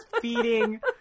feeding